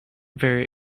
very